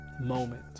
moment